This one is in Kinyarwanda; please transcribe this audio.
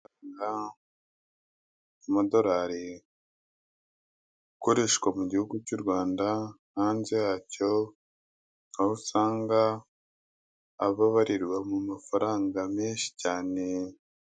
Amadorari akoreshwa mu gihugu cy'u Rwanda, hanze yacyo aho usanga aba abarirwa mu mafaranga menshi cyane.